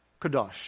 kadosh